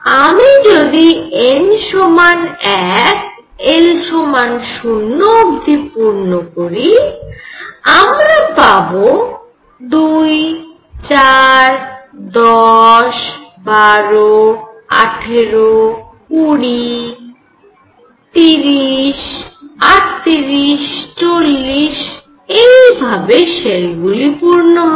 আমরা যদি n সমান 1 l সমান 0অবধি পূর্ণ করি আমরা পাবো 2 4 10 12 18 20 30 38 40 এই ভাবে শেলগুলি পূর্ণ হবে